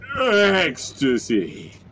ecstasy